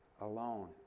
alone